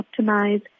optimize